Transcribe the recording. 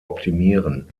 optimieren